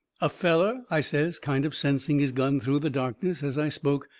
a feller, i says, kind of sensing his gun through the darkness as i spoke,